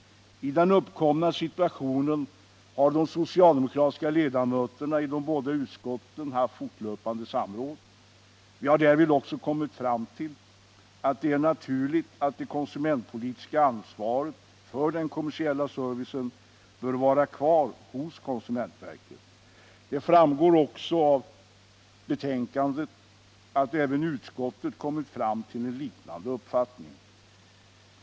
I den uppkomna situationen har de socialdemokratiska ledamöterna i de båda utskotten haft fortlöpande samråd. Vi har därvid också kommit fram till att det är naturligt att det konsumentpolitiska ansvaret för den kommersiella servicen bör vara kvar hos konsumentverket. Det framgår också av betänkandet att även utskottet har en liknande uppfattning.